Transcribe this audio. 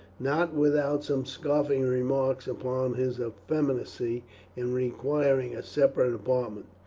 not without some scoffing remarks upon his effeminacy in requiring a separate apartment,